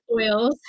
oils